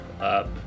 up